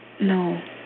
No